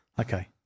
okay